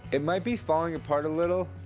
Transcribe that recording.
it might be falling apart a little,